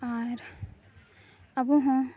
ᱟᱨ ᱟᱵᱚᱦᱚᱸ